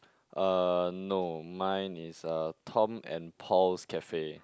uh no mine is a Tom and Paul's Cafe